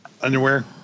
underwear